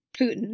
Putin